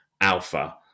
alpha